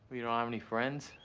what, you don't have any friends?